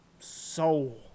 soul